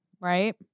right